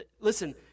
Listen